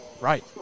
Right